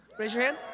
raise your hand.